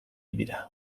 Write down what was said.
dira